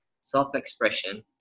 self-expression